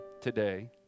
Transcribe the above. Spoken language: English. today